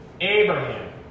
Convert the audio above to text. Abraham